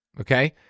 Okay